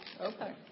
Okay